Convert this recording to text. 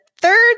third